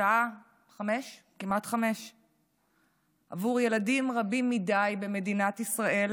השעה כמעט 17:00. עבור ילדים רבים מדי במדינת ישראל